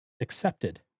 accepted